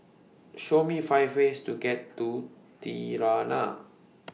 Show Me five ways to get to Tirana